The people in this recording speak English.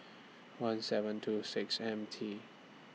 one seven two six M T